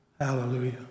Hallelujah